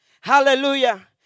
hallelujah